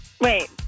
Wait